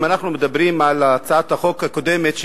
אם אנחנו מדברים על הצעת החוק הקודמת,